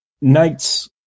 Knights